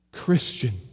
Christian